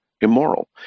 immoral